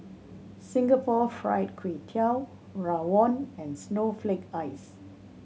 Singapore Fried Kway Tiao rawon and snowflake ice